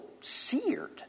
seared